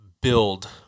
build